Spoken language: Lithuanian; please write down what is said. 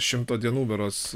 šimto dienų berods